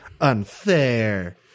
unfair